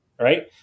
right